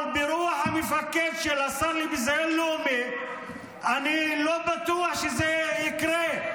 אבל ברוח המפקד של השר לביזיון לאומי אני לא בטוח שזה יקרה.